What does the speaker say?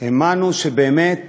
האמנו שבאמת